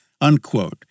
unquote